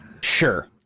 Sure